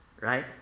right